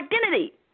identity